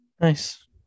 Nice